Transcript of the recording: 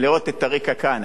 לראות את טאריק אקאן,